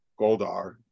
Goldar